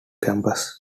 campus